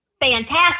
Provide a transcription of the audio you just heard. fantastic